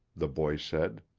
the boy said.